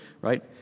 right